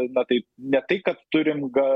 na tai ne tai kad turim ga